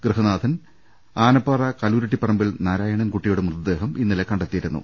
ഗൃഹനാഥൻ ആനപ്പാറ കല്ലുരുട്ടിപ്പറമ്പിൽ നാരായണൻകുട്ടിയുടെ മൃതദേഹം ഇന്നലെ കണ്ടെത്തിയിരുന്നു